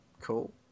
Cool